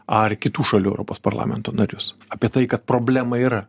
ar kitų šalių europos parlamento narius apie tai kad problema yra